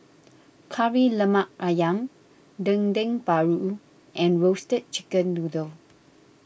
Kari Lemak Ayam Dendeng Paru and Roasted Chicken Noodle